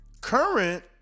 current